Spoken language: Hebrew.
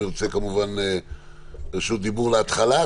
אם ירצה כמובן רשות דיבור להתחלה,